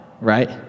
right